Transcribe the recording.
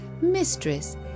Mistress